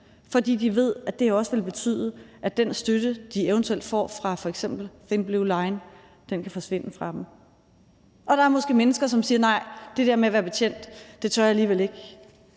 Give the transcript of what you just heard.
fordi de ved, at det også vil betyde, at den støtte, de eventuelt får fra f.eks. Thin Blue Line, kan forsvinde fra dem. Og der er måske mennesker, som siger, at nej, det der med at være betjent tør man alligevel ikke,